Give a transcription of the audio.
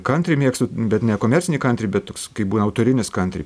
kantri mėgstu bet nekomercinį kantri bet kai būna autorinis kantri